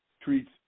treats